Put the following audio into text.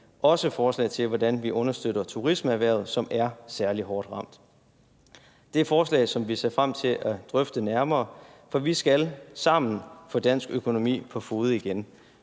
også forslag til, hvordan vi understøtter turismeerhvervet, som er særlig hårdt ramt. Det er forslag, som vi ser frem til at drøfte nærmere, for vi skal sammen få dansk økonomi på fode igen.